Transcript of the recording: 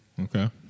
Okay